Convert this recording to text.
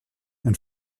and